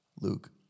Luke